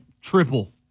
triple